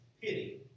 pity